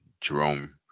Jerome